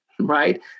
right